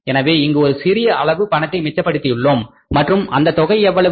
எனவே இங்கு ஒரு சிறிய அளவு பணத்தை மிச்சபடுத்தியுள்ளோம் மற்றும் அந்த தொகை எவ்வளவு